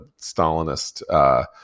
Stalinist